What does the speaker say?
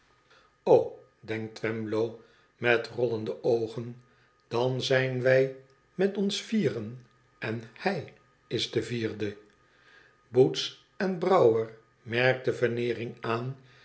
denkt twemlow met rollende oogen dan zijn wij met ons vieren en hij is de vierde boots en brouwer merkte veneering aan